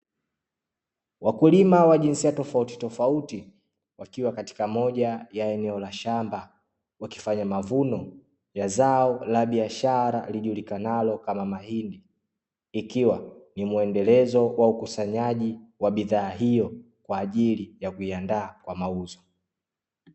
Wakulima wa jinsia tofautitofauti wakiwa katika moja ya eneo la shamba wakifanya mavuno ya zao la biashara, lijulikanalo kama mahindi, ikiwa ni mwendelezo wa ukusanyaji wa bidhaa hiyo kwa ajili ya kuyaandaa kwa mauzo.